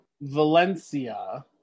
Valencia